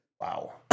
Wow